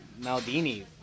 Maldini